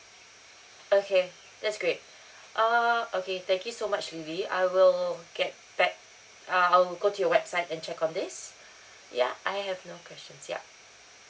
okay that's great err okay thank you so much lily I will get back uh I'll go to your website and check on this ya I have no questions yup